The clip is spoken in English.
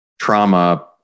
trauma